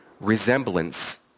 resemblance